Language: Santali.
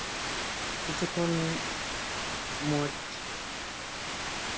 ᱠᱤᱪᱷᱩ ᱠᱷᱚᱱ ᱢᱚᱸᱡ